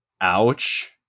Ouch